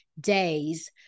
days